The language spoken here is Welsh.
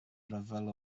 rhyfel